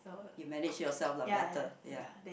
you manage yourself lah better ya